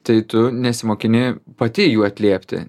tai tu nesimokini pati jų atliepti